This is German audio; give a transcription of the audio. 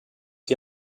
die